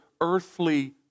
earthly